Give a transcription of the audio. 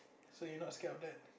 so you not scared of that